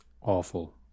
Awful